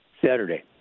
Saturday